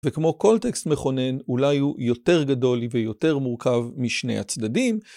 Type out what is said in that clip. וכמו כל טקסט מכונן אולי הוא יותר גדול ויותר מורכב משני הצדדים.